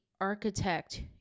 architect